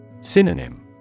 Synonym